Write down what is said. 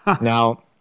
Now